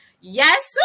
Yes